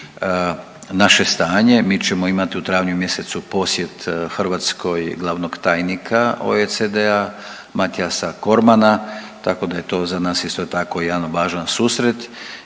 naše stanje. Mi ćemo imati u travnju mjesecu posjet Hrvatskoj glavnog tajnika OECD-a Matiasa Kormana, tako da je to za nas isto tako jedan važan susret,